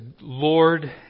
Lord